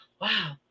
Wow